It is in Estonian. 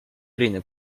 erine